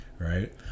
Right